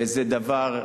וזה דבר,